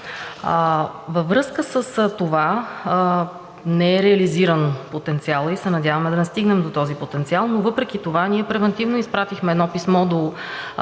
Във връзка с това не е реализиран потенциалът и се надяваме да не стигнем до този потенциал, но въпреки това ние превантивно изпратихме едно писмо